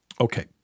Okay